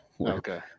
Okay